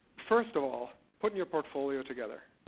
first of all putting your portfolio together.